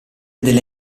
delle